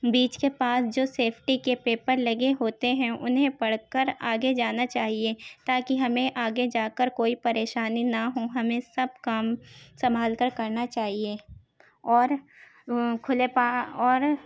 بیچ کے پاس جو سیفٹی کے پیپر لگے ہوتے ہیں انہیں پڑھ کر آگے جانا چاہیے تاکہ ہمیں آگے جا کر کوئی پریشانی نہ ہوں ہمیں سب کام سنبھال کر کرنا چاہیے اور کھلے اور